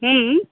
हम्म